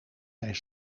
zijn